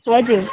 हजुर